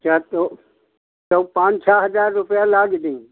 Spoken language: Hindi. अच्छा तो पाँच छः हजार रुपये लग जाएंगे